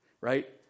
right